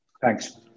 thanks